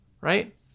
right